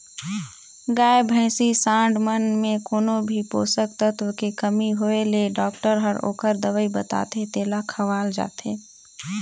गाय, भइसी, सांड मन में कोनो भी पोषक तत्व के कमी होय ले डॉक्टर हर ओखर दवई बताथे तेला खवाल जाथे